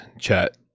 chat